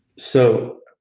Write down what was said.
so,